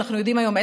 אנחנו יודעים היום,